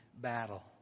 battle